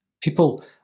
People